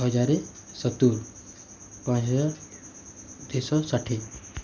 ହଜାରେ ସତୁରି ପାଞ୍ଚ ହଜାର ଷାଠିଏ